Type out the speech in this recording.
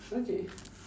okay